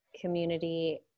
community